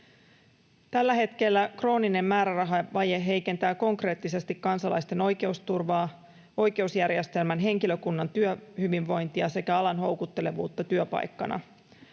Tällä hetkellä krooninen määrärahavaje heikentää konkreettisesti kansalaisten oikeusturvaa, oikeusjärjestelmän henkilökunnan työhyvinvointia sekä alan houkuttelevuutta työpaikkana.